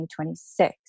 2026